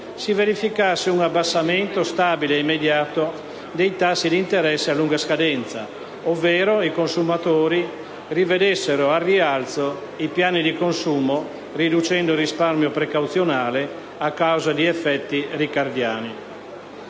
si verificasse un abbassamento stabile ed immediato del tassi di interesse a lunga scadenza ovvero i consumatori rivedessero al rialzo i piani di consumo, riducendo il risparmio precauzionale a causa di effetti ricardiani.